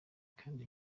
kandi